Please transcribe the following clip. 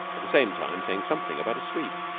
at the same time saying something about a sweep.